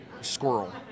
squirrel